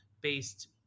based